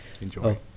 Enjoy